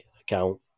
account